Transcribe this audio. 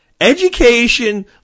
Education